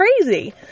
crazy